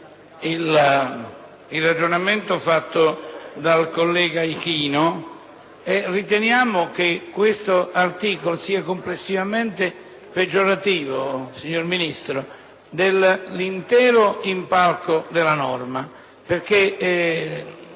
il ragionamento fatto dal collega Ichino e riteniamo che l'articolo in esame sia complessivamente peggiorativo dell'intero impianto della norma.